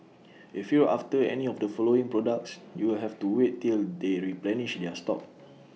if you're after any of the following products you'll have to wait till they replenish their stock